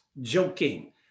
joking